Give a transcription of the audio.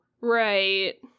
right